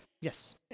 Yes